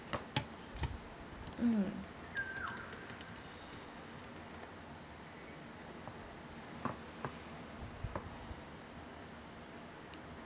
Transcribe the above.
mm